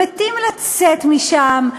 מתים לצאת משם,